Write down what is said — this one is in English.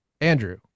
Andrew